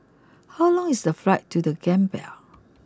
how long is the flight to the Gambia